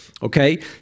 Okay